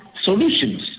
solutions